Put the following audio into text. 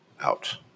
out